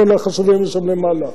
כל החשובים שם למעלה.